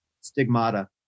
Stigmata